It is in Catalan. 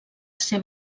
ser